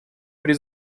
при